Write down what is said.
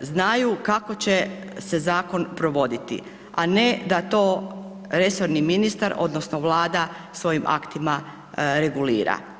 znaju kako će se zakon provoditi, a ne da to resorni ministar odnosno Vlada svojim aktima regulira.